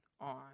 on